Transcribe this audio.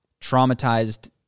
traumatized